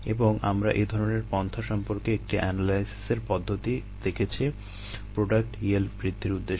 এবং আমরা এ ধরনের পন্থা সম্পর্কে একটি এনালাইসিসের পদ্ধতি দেখেছি প্রোডাক্ট ইয়েল্ড বৃদ্ধির উদ্দেশ্যে